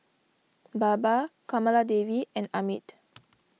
Baba Kamaladevi and Amit